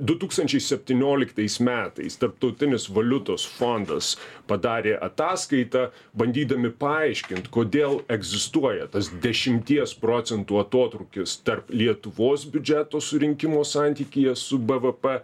du tūkstančiai septynioliktais metais tarptautinis valiutos fondas padarė ataskaitą bandydami paaiškint kodėl egzistuoja tas dešimties procentų atotrūkis tarp lietuvos biudžeto surinkimo santykyje su bvp